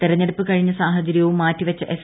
തെരഞ്ഞെടുപ്പ് കഴിഞ്ഞ സാഹചര്യവും മാറ്റിവെച്ച എസ്